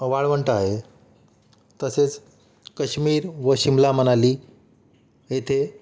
वाळवंट आहे तसेच काश्मीर व शिमला मनाली येथे